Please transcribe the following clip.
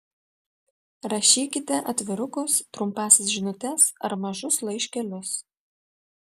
rašykite atvirukus trumpąsias žinutes ar mažus laiškelius